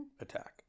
attack